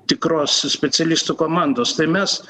tikros specialistų komandos tai mes